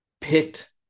picked